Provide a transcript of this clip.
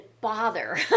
bother